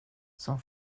som